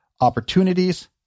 opportunities